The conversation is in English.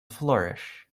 flourish